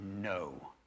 no